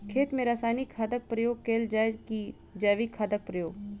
खेत मे रासायनिक खादक प्रयोग कैल जाय की जैविक खादक प्रयोग?